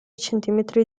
centimetri